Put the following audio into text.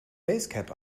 basecap